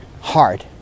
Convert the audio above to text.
Hard